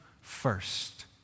first